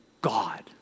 God